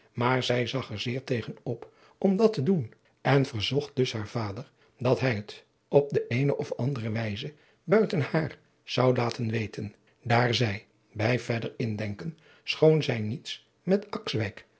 maar zij zag er zeer tegen op om dat te doen en verzocht dus haar vader dat hij het op de eene of andere wijze buiten haar zou laten weten daar zij bij verder indenken schoon zij niets met